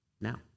now